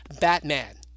Batman